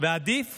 ועדיף